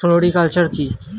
Floriculture কি?